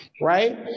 Right